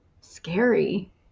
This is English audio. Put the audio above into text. scary